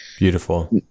beautiful